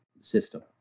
system